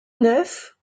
nefs